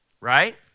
right